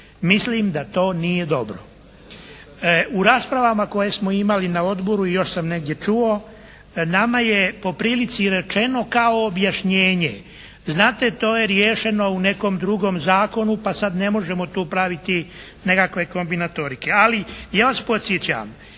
Mislim da to nije dobro. U raspravama koje smo imali na odboru i još sam negdje čuo nama je po prilici rečeno kao objašnjenje. Znate, to je riješeno u nekom drugom zakonu pa sad ne možemo tu praviti nekakve kombinatorike. Ali ja vas podsjećam